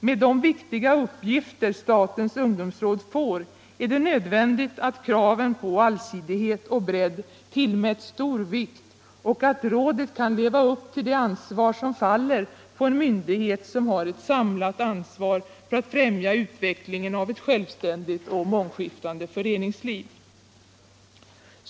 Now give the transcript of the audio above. Med de viktiga uppgifter statens ungdomsråd får är det nödvändigt att kraven på allsidighet och bredd tillmäts stor vikt och att rådet kan leva upp till det ansvar som faller på en myndighet som har ett samlat ansvar för att främja utredningen av ett självständigt och mångskiftande föreningsliv.